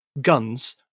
guns